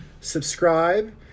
subscribe